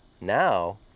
now